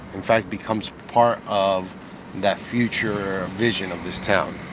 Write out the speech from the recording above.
in fact becomes part of that future vision of this town